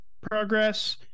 progress